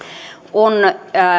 on